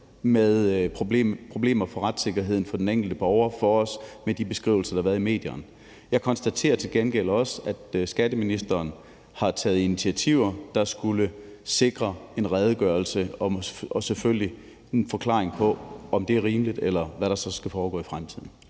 på problemer med retssikkerheden for den enkelte borger i de beskrivelser, der har været i medierne. Jeg konstaterer til gengæld også, at skatteministeren har taget initiativer, der skal sikre en redegørelse og selvfølgelig en forklaring på, om det er rimeligt, og hvad der så skal foregå i fremtiden.